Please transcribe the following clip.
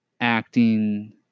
acting